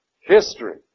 history